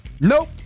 Nope